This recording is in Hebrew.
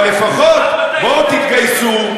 אבל לפחות בואו תתגייסו,